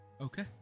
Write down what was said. Okay